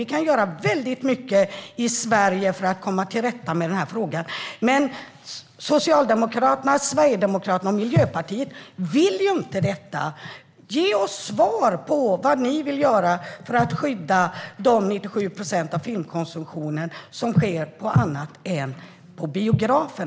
Vi kan göra väldigt mycket i Sverige för att komma till rätta med den här frågan, men Socialdemokraterna, Sverigedemokraterna och Miljöpartiet vill inte detta. Ge oss svar på vad ni vill göra för att skydda de 97 procent av filmkonsumtionen som sker på annat håll än på biografer!